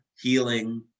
healing